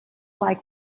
like